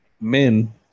Men